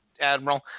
Admiral